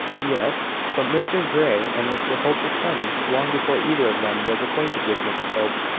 yes but mr grey and mr hope were friends long before either of them was acquainted with mrs hope.